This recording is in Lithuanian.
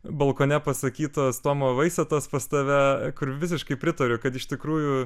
balkone pasakytos tomo vaisetos pas tave kur visiškai pritariu kad iš tikrųjų